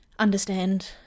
understand